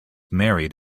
married